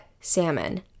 salmon